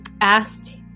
asked